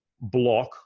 block